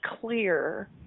clear